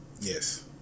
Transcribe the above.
Yes